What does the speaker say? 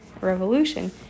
Revolution